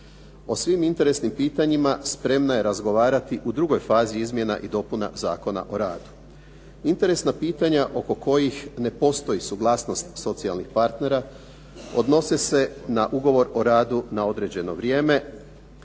O svim interesnim pitanjima spremna je razgovarati u drugoj fazi izmjena i dopuna Zakona o radu. Interesna pitanja oko kojih ne postoji suglasnost socijalnih partnera odnose se na ugovor o radu na određeno vrijeme